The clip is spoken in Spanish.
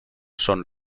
son